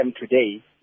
today